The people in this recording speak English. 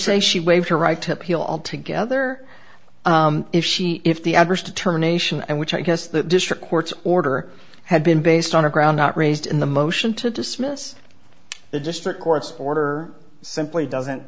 say she waived her right to appeal altogether if she if the adverse determination and which i guess the district court's order had been based on a ground not raised in the motion to dismiss the district court's order simply doesn't